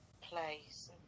place